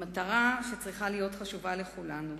במטרה שצריכה להיות חשובה לכולנו,